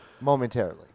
momentarily